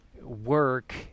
work